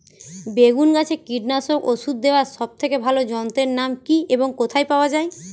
বেগুন গাছে কীটনাশক ওষুধ দেওয়ার সব থেকে ভালো যন্ত্রের নাম কি এবং কোথায় পাওয়া যায়?